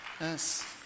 Yes